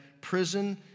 prison